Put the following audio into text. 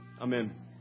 Amen